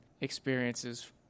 experiences